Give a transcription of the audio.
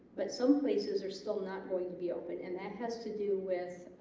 but some places are still not going to be open and that has to do with